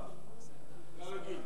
כרגיל.